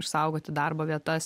išsaugoti darbo vietas